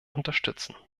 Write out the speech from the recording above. unterstützen